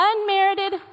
unmerited